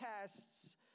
tests